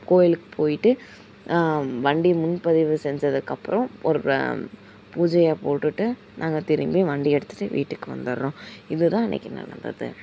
கோயிலுக்கு போயிட்டு வண்டி முன்பதிவு செஞ்சதுக்கு அப்புறம் ஒரு பூஜையை போட்டுவிட்டு நாங்கள் திரும்பி வண்டியை எடுத்துகிட்டு வீட்டுக்கு வந்துட்றோம் இது தான் இன்றைக்கு நடந்தது